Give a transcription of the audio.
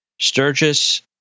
Sturgis